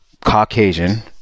caucasian